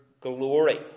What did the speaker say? glory